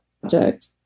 project